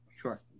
Sure